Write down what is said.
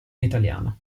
italiano